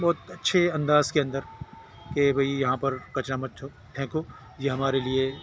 بہت اچھے انداز کے اندر کہ بھائی یہاں پر کچرا مت پھینکو یہ ہمارے لیے